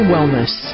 Wellness